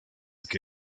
que